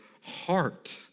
heart